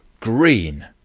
green!